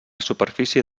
superfície